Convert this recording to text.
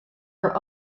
her